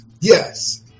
Yes